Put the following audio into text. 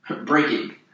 breaking